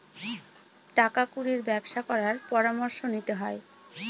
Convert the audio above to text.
টাকা কুড়ির ব্যবসা করার পরামর্শ নিতে হয়